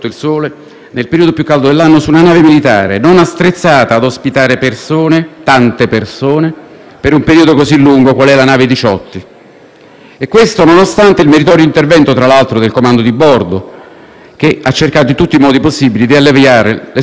per un periodo così lungo qual è la nave Diciotti. Questo nonostante il meritorio interesse, tra l'altro, del comando di bordo, che ha cercato in tutti i modi possibili di alleviare le sofferenze dei naufraghi. Relativamente alla questione della responsabilità collegiale del Governo nella vicenda della nave